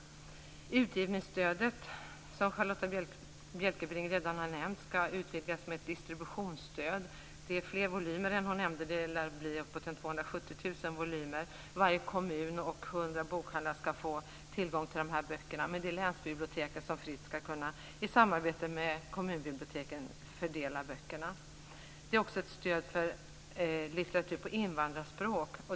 Utgivningsstödet, som Charlotta Bjälkebring redan har nämnt, skall utvecklas som ett distributionsstöd. Det är fråga om fler volymer än hon nämnde, nämligen upp till 270 000 volymer. Varje kommun och 100 bokhandlar skall få tillgång till dessa böcker. Det är länsbiblioteket som i samarbete med kommunbiblioteken fritt skall fördela böckerna. Det är också ett stöd för litteratur på invandrarspråk.